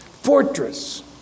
Fortress